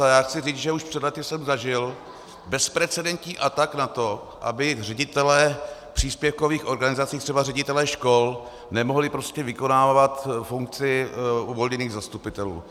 A chci říct, že už před lety jsem zažil bezprecedentní atak na to, aby ředitelé příspěvkových organizací, třeba ředitelé škol, nemohli prostě vykonávat funkci uvolněných zastupitelů.